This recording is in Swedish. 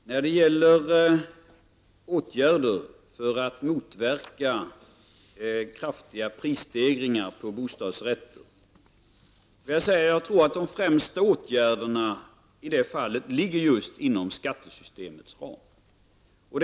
Herr talman! Jag tror att de främsta åtgärderna för att motverka kraftiga prisstegringar på bostadsrätter ligger just inom skattesystemets ram.